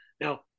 Now